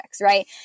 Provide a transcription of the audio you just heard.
right